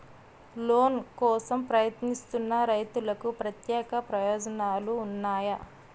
Loan కోసం ప్రయత్నిస్తున్న రైతులకు ప్రత్యేక ప్రయోజనాలు ఉన్నాయా?